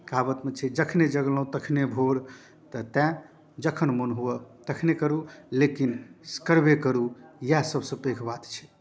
कहावतमे छै जखनहि जगलहुँ तखनहि भोर तऽ तैँ जखन मोन हुए तखनहि करू लेकिन करबे करू इएह सभसँ पैघ बात छै